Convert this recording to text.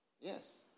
Yes